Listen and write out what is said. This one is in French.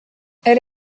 elle